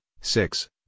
six